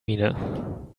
miene